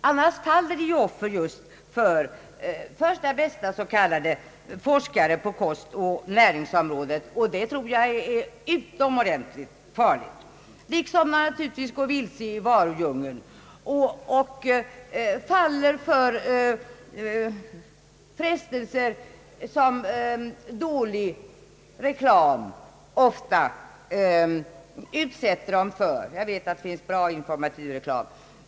Annars faller de lätt offer för första bästa s.k. forskare på kostoch näringsområdet, och det tror jag är utomordentligt farligt, liksom att de naturligtvis går vilse i varudjungeln och faller för frestelser som dålig reklam ofta utsätter dem för. Jag vet att det också finns bra informativ reklam.